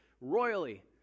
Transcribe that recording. royally